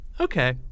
Okay